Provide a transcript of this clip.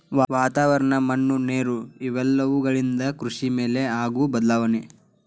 ವಾತಾವರಣ, ಮಣ್ಣು ನೇರು ಇವೆಲ್ಲವುಗಳಿಂದ ಕೃಷಿ ಮೇಲೆ ಆಗು ಬದಲಾವಣೆ